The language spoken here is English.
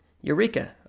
eureka